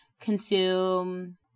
consume